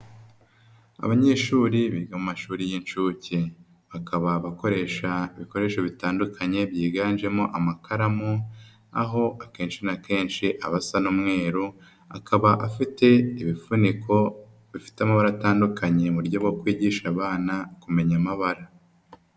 Abanyeshuri biga amashuri y'incuke, bakaba bakoresha ibikoresho bitandukanye byiganjemo amakaramu, aho akenshi na kenshi abasa n'umweruru, akaba afite ibifuniko bifite amabara atandukanye mu buryo bwo kwigisha abana kumenya amabara.